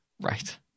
Right